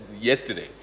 yesterday